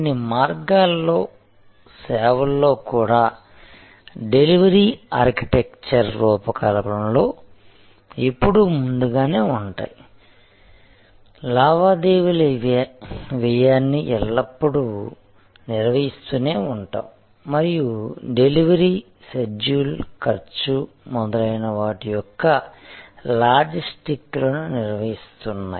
కొన్ని మార్గాల్లో సేవల్లో కూడా డెలివరీ ఆర్కిటెక్చర్ రూపకల్పనలో ఎప్పుడూ ముందుగానే ఉంటాయి లావాదేవీల వ్యయాన్ని ఎల్లప్పుడూ నిర్వహిస్తూనే ఉంటాయి మరియు డెలివరీ షెడ్యూల్ ఖర్చు మొదలైన వాటి యొక్క లాజిస్టిక్లను నిర్వహిస్తున్నాయి